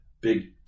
big